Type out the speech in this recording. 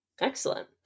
Excellent